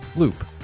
Loop